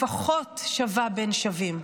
לפחות שווה בין שווים,